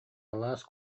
алаас